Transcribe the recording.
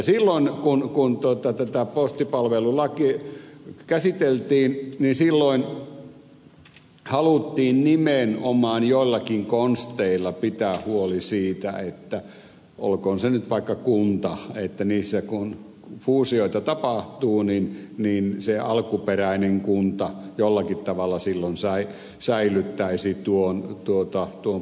silloin kun tätä postipalvelulakia käsiteltiin haluttiin nimenomaan joillakin konsteilla pitää huoli siitä että olkoon se nyt vaikka kunta kun kunnissa fuusioita tapahtuu alkuperäinen kunta jollakin tavalla silloin säilyttäisi postipalvelupisteensä